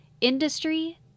industry